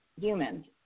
humans